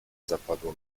zapadło